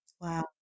Wow